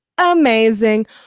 Amazing